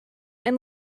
and